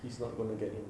he's not gonna get in